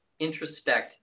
introspect